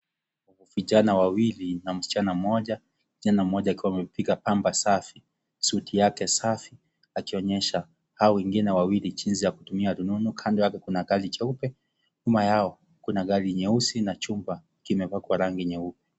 Vijana wawili na mschana mmoja ,kijana mmoja akiwa amepiga pamba safi, suti yake safi akionyesha hao wengine wawili jinsi ya kutumia rununu, kando yake kuana gari jeupe nyuma yao kuna gari nyeusi na chumba kimepakwa rangi nyeupe.